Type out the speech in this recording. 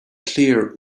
clear